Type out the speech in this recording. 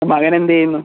മകൻ എന്ത് ചെയ്യുന്നു